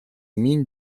mines